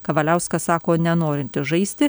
kavaliauskas sako nenorintis žaisti